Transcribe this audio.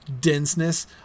denseness